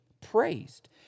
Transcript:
praised